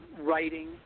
writing